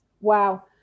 wow